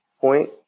point